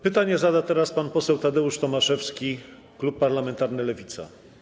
Pytanie zada teraz pan poseł Tadeusz Tomaszewski, klub parlamentarny Lewica.